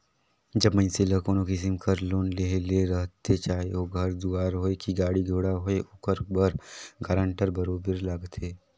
जब मइनसे ल कोनो किसिम कर लोन लेहे ले रहथे चाहे ओ घर दुवार होए कि गाड़ी घोड़ा होए ओकर बर गारंटर बरोबेर लागथे